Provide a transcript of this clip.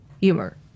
humor